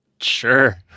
Sure